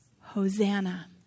Hosanna